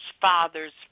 father's